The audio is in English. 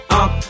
up